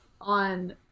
on